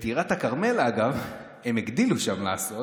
בטירת הכרמל, אגב, הם הגדילו שם לעשות